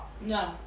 No